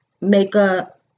makeup